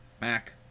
Mac